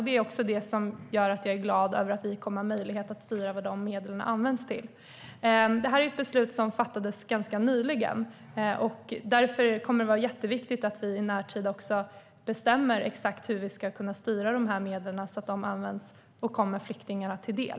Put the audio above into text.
Det är också det som gör att jag är glad över att vi kommer att ha möjlighet att styra över vad medlen används till. Detta är ett beslut som fattades ganska nyligen, och därför kommer det att vara jätteviktigt att vi i närtid också bestämmer exakt hur vi ska kunna styra medlen så att de används rätt och kommer flyktingarna till del.